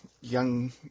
young